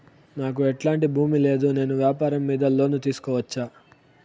నాకు ఎట్లాంటి భూమి లేదు నేను వ్యాపారం మీద లోను తీసుకోవచ్చా?